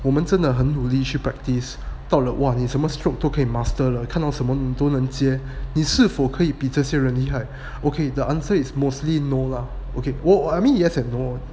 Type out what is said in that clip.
我们真的很努力去 practice 到了 !wah! 你什么 stroke 都可以 master 了看到什么都能接你是否可以比这些人都厉害 okay the answer is mostly no lah okay 我我 I mean yes and no